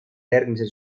järgmisel